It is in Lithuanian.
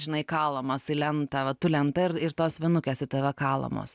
žinai kalamas į lentą va tu lenta ir ir tos vinukės į tave kalamos